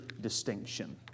distinction